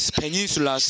peninsula